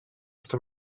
στο